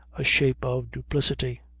a shape of duplicity.